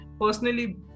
Personally